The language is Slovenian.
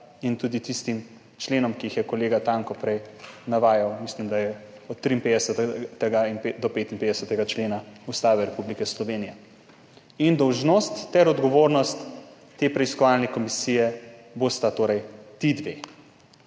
in tudi tistim členom, ki jih je kolega Tanko prej navajal, mislim, da je od 53. do 55. člena Ustave Republike Slovenije. Dolžnost ter odgovornost te preiskovalne komisije bosta torej ti dve